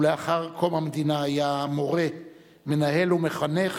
ולאחר קום המדינה היה מורה, מנהל ומחנך